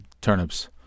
turnips